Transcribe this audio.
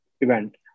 event